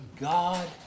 God